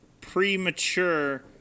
premature